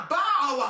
bow